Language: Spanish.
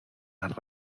las